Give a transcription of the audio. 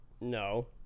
no